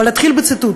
אתחיל בציטוט: